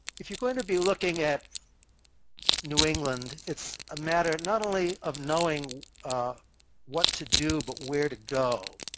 if you're going to be looking at new england, it's a matter not only of knowing what to do, but where to go.